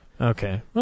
Okay